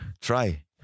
Try